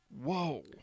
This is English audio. Whoa